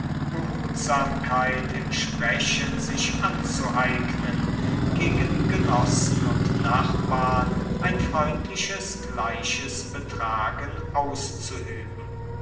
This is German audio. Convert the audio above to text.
behutsamkeit im sprechen sich anzueignen gegen genossen und nachbarn ein freundliches gleiches betragen auszuüben